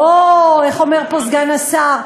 לא, איך אומר פה סגן השר: